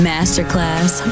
Masterclass